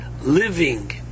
living